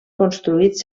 construïts